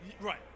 Right